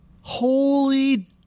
Holy